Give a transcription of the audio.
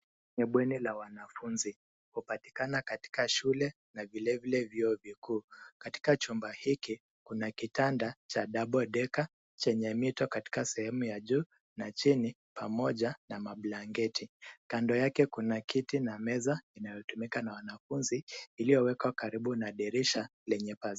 Ni bweni la wanafunzi. Hupatikana katika shule na vilevile vyuo vikuu. Katika chumba hiki kuna kitanda cha double decker chenye mito katika sehemu ya juu na chini pamoja na mablanketi. Kando yake kuna kiti na meza inayotumika na wanafunzi iliyowekwa karibu na dirisha lenye pazia.